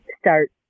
start